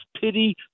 pity